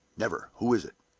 never! who is it?